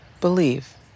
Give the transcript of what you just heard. believe